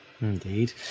indeed